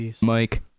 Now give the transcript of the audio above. Mike